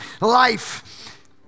life